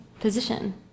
position